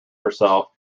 herself